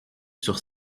sur